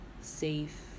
safe